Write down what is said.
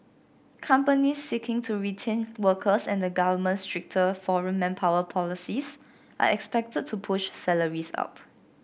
companies seeking to retain workers and the government's stricter foreign manpower policies are expected to push salaries up